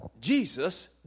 Jesus